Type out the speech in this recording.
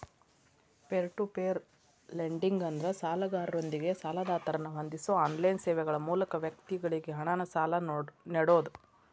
peer to peer lending ಅಂದ್ರ ಸಾಲಗಾರರೊಂದಿಗೆ ಸಾಲದಾತರನ್ನ ಹೊಂದಿಸೋ ಆನ್ಲೈನ್ ಸೇವೆಗಳ ಮೂಲಕ ವ್ಯಕ್ತಿಗಳಿಗಿ ಹಣನ ಸಾಲ ನೇಡೋದು